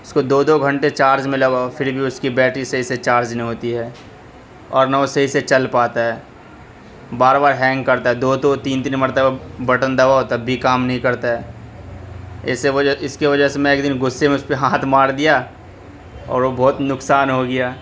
اس کو دو دو گھنٹے چارج میں لگاؤ پھر بھی اس کی بیٹری صحیح سے چارج نہ ہوتی ہے اور نہ وہ صحیح سے چل پاتا ہے بار بار ہینگ کرتا ہے دو دو تین تین مرتبہ بٹن دباؤ تب بھی کام نہیں کرتا ہے اس سے وہ جو ہے اس کی وجہ سے میں ایک دن غصے میں ہاتھ مار دیا اور وہ بہت نقصان ہو گیا